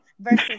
versus